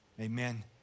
Amen